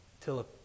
till